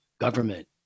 government